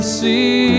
See